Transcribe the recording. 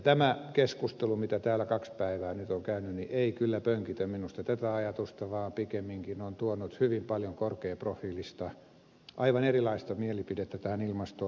tämä keskustelu mitä täällä kaksi päivää nyt on käyty ei kyllä pönkitä minusta tätä ajatusta vaan pikemminkin on tuonut hyvin paljon korkeaprofiilista aivan erilaista mielipidettä tähän ilmastoon